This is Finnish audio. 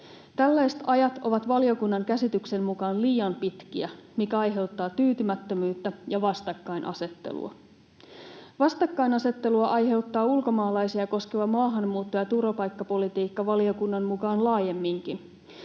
Tällaiset ajat ovat valiokunnan käsityksen mukaan liian pitkiä, mikä aiheuttaa tyytymättömyyttä ja vastakkainasettelua. Vastakkainasettelua aiheuttaa ulkomaalaisia koskeva maahanmuutto- ja turvapaikkapolitiikka valiokunnan mukaan laajemminkin.